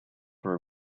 for